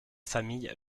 famille